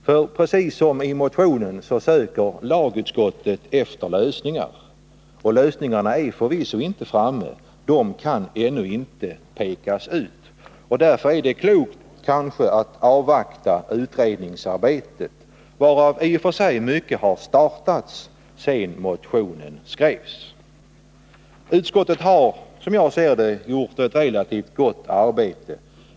För precis som motionen söker lagutskottet efter lösningar. Och lösningarna är förvisso inte framtagna; de kan ännu inte pekas ut. Därför är det kanske klokt att avvakta utredningsarbetet — varav i och för sig mycket har startats sedan motionen skrevs. Utskottet har, som jag ser det, gjort ett relativt gott arbete.